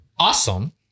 awesome